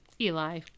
Eli